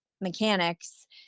mechanics